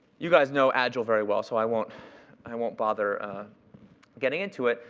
you guys know agile very well, so i won't i won't bother getting into it.